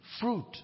fruit